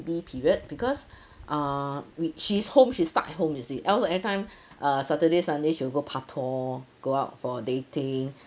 B period because uh we she's home she's stuck at home you see else every time uh saturday sunday she will go parktor go out for dating